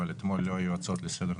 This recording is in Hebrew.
אבל אתמול לא היו הצעות לסדר,